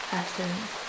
essence